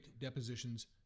depositions